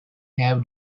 have